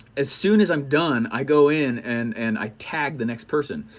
as soon as i'm done, i go in and and i tag the next person,